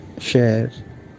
share